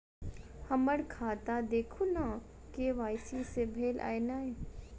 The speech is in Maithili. हम्मर खाता देखू नै के.वाई.सी भेल अई नै?